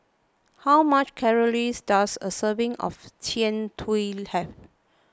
How many calories does a serving of Jian Dui have